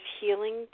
healing